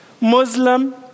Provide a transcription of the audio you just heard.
Muslim